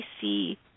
see